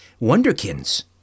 Wonderkins